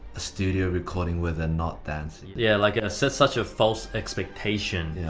a studio recording where they're not dancing. yeah, like, it sets such a false expectation. yeah